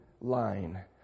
line